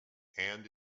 and